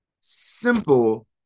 simple